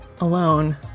alone